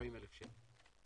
40,000 שקל.